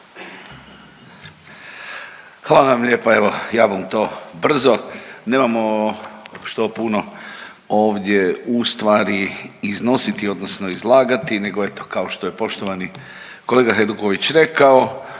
Hvala vam lijepa, evo ja bum to brzo, nemamo što puno ovdje ustvari iznositi odnosno izlagati nego eto kao što je poštovani kolega Hajduković rekao